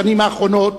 בשנים האחרונות,